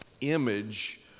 image